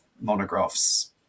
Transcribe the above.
monographs